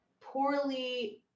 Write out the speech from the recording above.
poorly